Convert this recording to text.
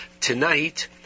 Tonight